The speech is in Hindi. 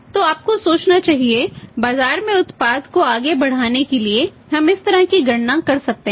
तो आपको सोचना चाहिए बाजार में उत्पाद को आगे बढ़ाने के लिए हम इस तरह की गणना कर सकते हैं